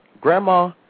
Grandma